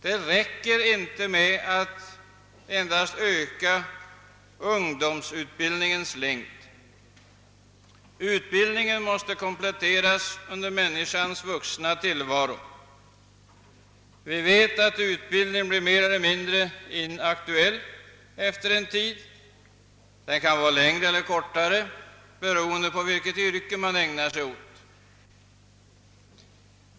Det räcker inte att öka ungdomsutbildningens längd. Utbildningen måste kompletteras under människans vuxna tillvaro. Vi vet att utbildning blir mer eller mindre inaktuell efter en tid — längre eller kortare tid beroende på vilket yrke man ägnar sig åt.